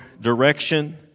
direction